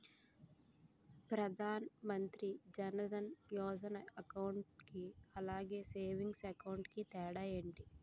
Pradhan Mantri Jan Dhan Yojana account కి అలాగే savings account కి తేడా ఏంటి?